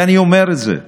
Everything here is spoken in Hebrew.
ואני אומר את זה,